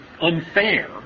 unfair